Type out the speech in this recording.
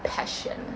and passion